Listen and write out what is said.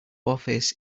office